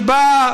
שבה,